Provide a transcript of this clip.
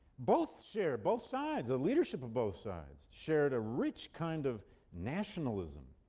both shared, both sides, the leadership of both sides, shared a rich kind of nationalism